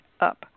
up